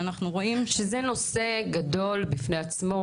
שאנחנו רואים --- שזה נושא גדול בפני עצמו,